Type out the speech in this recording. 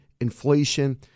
inflation